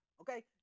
okay